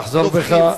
תחזור בך.